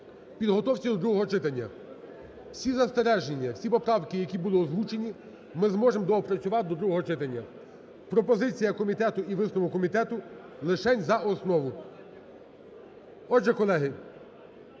підготовці до другого читання. Всі застереження, всі поправки, які були озвучені, ми зможемо доопрацювати до другого читання. Пропозиція комітету і висновок комітету: лишень за основу. Отже, колеги,